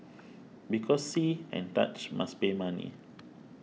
because see and touch must pay money